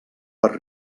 per